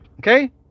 Okay